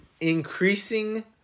increasing